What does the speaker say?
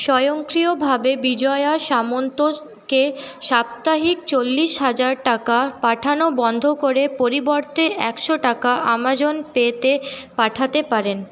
স্বয়ংক্রিয়ভাবে বিজয়া সামন্তকে সাপ্তাহিক চল্লিশ হাজার টাকা পাঠানো বন্ধ করে পরিবর্তে একশো টাকা আমাজন পেতে পাঠাতে পারেন